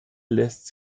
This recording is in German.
lässt